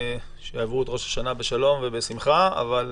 כמו שאמרת, שיעברו את ראש השנה בשלום ובשמחה, אבל